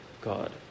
God